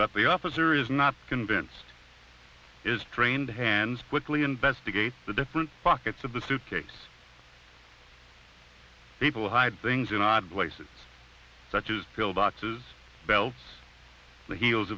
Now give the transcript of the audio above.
that the officer is not convinced is trained hands quickly investigate the different pockets of the suitcase people hide things in odd places such as pill boxes belts the heels